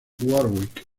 warwick